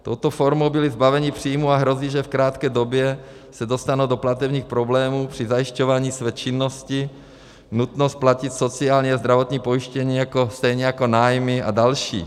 Touto formou byli zbaveni příjmů a hrozí, že v krátké době se dostanou do platebních problémů při zajišťování své činnosti, nutnost platit sociální a zdravotní pojištění, stejně jako nájmy a další.